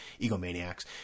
egomaniacs